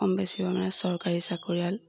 কম বেছি পৰিমাণে চৰকাৰী চাকৰিয়াল